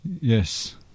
Yes